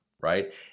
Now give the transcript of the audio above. right